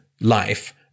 life